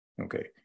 Okay